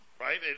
right